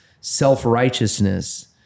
self-righteousness